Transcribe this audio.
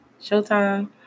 showtime